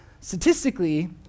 statistically